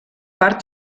part